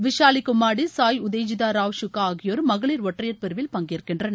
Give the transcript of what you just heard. விஷாலி கும்மாடி சாய் உதேஜிதா ராவ் சுக்கா ஆகியோரும் மகளிர் ஒற்றையர் பிரிவில் பங்கேற்கின்றனர்